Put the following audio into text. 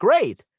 great